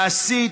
מעשית,